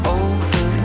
over